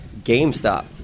GameStop